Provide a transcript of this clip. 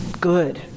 good